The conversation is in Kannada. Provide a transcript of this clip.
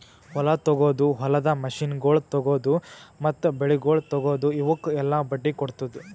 ಹೊಲ ತೊಗೊದು, ಹೊಲದ ಮಷೀನಗೊಳ್ ತೊಗೊದು, ಮತ್ತ ಬೆಳಿಗೊಳ್ ತೊಗೊದು, ಇವುಕ್ ಎಲ್ಲಾ ಬಡ್ಡಿ ಕೊಡ್ತುದ್